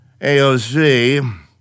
AOC